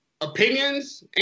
opinions